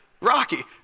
Rocky